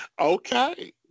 okay